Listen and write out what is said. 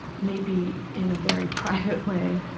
maybe in a very private way,